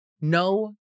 No